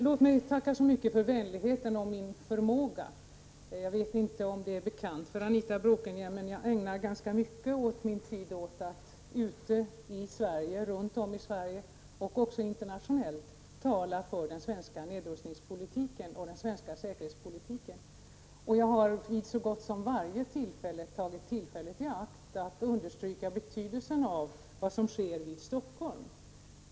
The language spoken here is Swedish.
Låt mig tacka så mycket för vänligheten om min förmåga. Jag vet inte om det är bekant för Anita Bråkenhielm, men jag ägnar ganska mycket av min tid åt att runt om i Sverige och även internationellt tala för den svenska nedrustningspolitiken och den svenska säkerhetspolitiken. Jag har så gott som varje gång tagit tillfället i akt att understryka betydelsen av vad som sker i Helsingfors.